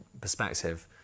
perspective